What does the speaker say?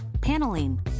paneling